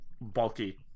bulky